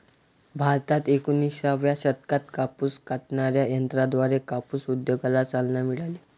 भारतात एकोणिसाव्या शतकात कापूस कातणाऱ्या यंत्राद्वारे कापूस उद्योगाला चालना मिळाली